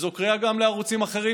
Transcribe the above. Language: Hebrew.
זו קריאה גם לערוצים אחרים,